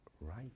right